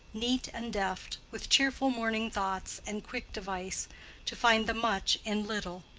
neat and deft, with cheerful morning thoughts and quick device to find the much in little.